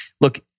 look